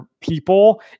people